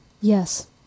Yes